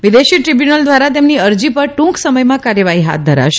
વિદેશી દ્રીબ્યુનલ દ્વારા તેમની અરજી પર ટુંક સમથમાં કાર્યવાહી હાથ ધરાશે